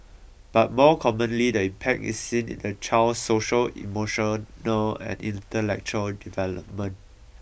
but more commonly the impact is seen in the child's social emotional and intellectual development